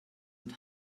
and